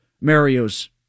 Mario's